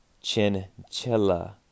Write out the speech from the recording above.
Chinchilla